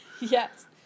Yes